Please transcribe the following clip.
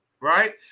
Right